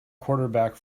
quarterback